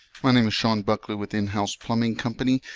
my name is sean buckley with in-house plumbing company,